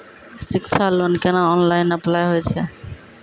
शिक्षा लोन केना online apply होय छै?